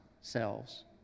selves